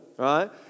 right